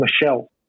Michelle